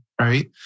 right